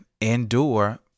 endure